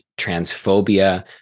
Transphobia